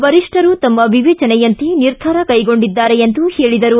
ವರಿಷ್ಠರು ತಮ್ಮ ವಿವೇಚನೆಯಂತೆ ನಿರ್ಧಾರ ಕೈಗೊಂಡಿದ್ದಾರೆ ಎಂದು ಸ್ಪಷ್ಟಪಡಿಸಿದರು